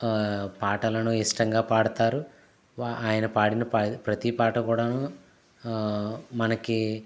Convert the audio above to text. పాటలను ఇష్టంగా పాడతారు ఆయన పాడిన పా ప్రతి పాట కూడాను మనకి